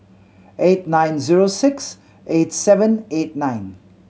eight nine zero six eight seven eight nine